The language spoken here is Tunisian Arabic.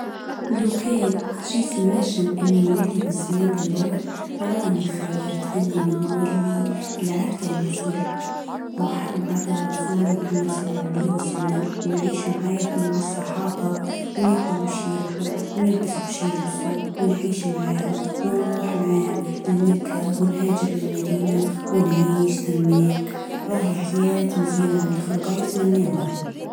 لو كان جيت النجم اني نولي بالزمان لورا راني خيرت اني نولي لعهد الرسل وعهد الرسول محمد صلى الله عليه وسلم ونعيش معاه ومع الصحابة وناكل واش ياكلوا ونلبس واش يلبسوا ونعيش معهم ونروح معهم لمكة ومنهاجر للمدينة وانعيش سماك راحريت مزيان علي الاخر وجع يتمنوها.